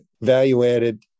value-added